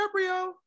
DiCaprio